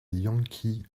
yankees